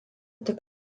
tik